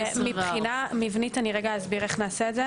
מבחינה מבנית אסביר איך נעשה את זה